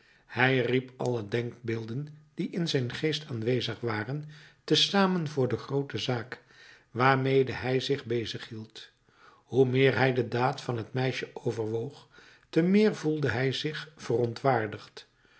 hij riep alle denkbeelden die in zijn geest aanwezig waren te zamen voor de groote zaak waarmede hij zich bezighield hoe meer hij de daad van het meisje overwoog te meer voelde hij zich verontwaardigd